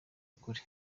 w’ukuri